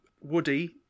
Woody